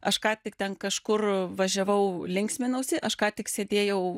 aš ką tik ten kažkur važiavau linksminausi aš ką tik sėdėjau